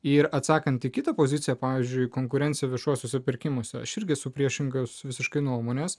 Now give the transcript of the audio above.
ir atsakantį kitą poziciją pavyzdžiui konkurenciją viešuosiuose pirkimuose širdį su priešingos visiškai nuomonės